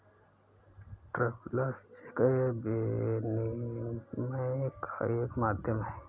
travellers cheque विनिमय का एक माध्यम है